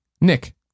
nick